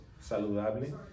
saludable